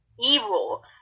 evil